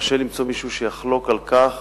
קשה למצוא מישהו שיחלוק על כך